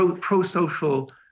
pro-social